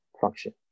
function